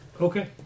Okay